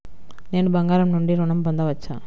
నేను బంగారం నుండి ఋణం పొందవచ్చా?